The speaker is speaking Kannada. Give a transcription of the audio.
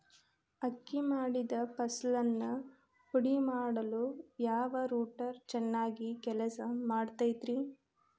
ಅಕ್ಕಿ ಮಾಡಿದ ಫಸಲನ್ನು ಪುಡಿಮಾಡಲು ಯಾವ ರೂಟರ್ ಚೆನ್ನಾಗಿ ಕೆಲಸ ಮಾಡತೈತ್ರಿ?